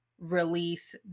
release